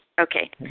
Okay